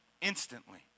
instantly